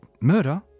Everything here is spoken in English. Murder